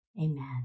Amen